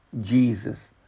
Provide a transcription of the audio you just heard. Jesus